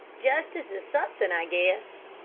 justice is suthin', i guess.